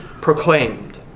proclaimed